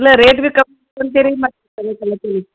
ಇಲ್ಲ ರೇಟ್ ಭೀ ಕಮ್ಮಿ ಅಂತೀರಿ ಮತ್ತೆ